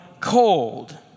Cold